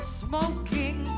smoking